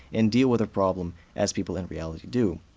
and deal with the problem as people in reality do.